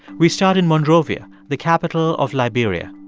we start in monrovia, the capital of liberia.